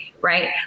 right